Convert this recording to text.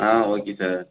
ah okay sir